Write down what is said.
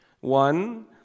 One